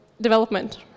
development